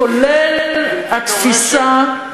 כולל התפיסה,